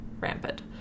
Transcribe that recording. rampant